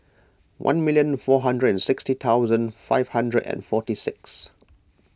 one million four hundred and sixty thousand five hundred and forty six